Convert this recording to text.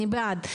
אני בעד,